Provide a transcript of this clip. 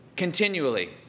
Continually